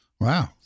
Wow